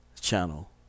channel